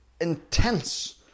intense